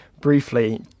briefly